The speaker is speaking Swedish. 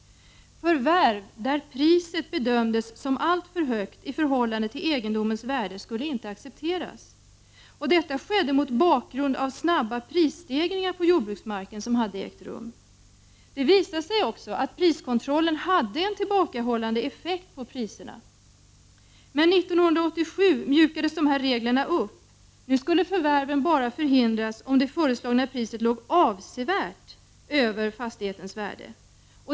Förvärv där priset bedömdes som alltför högt i förhållande till egendomens värde skulle inte accepteras. Detta skedde mot bakgrund av den snabba prisstegring på jordbruksmark som hade ägt rum. Det visade sig också att priskontrollen hade en tillbakahållande effekt på priserna. Men 1987 mjukades de här reglerna upp. Nu skulle förvärv bara hindras om det föreslagna priset låg ”avsevärt” över fastighetens värde.